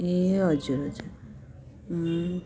ए हजुर हजुर